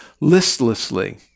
Listlessly